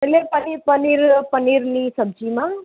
એટલે પનીર પનીરની સબ્જીમાં